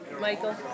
Michael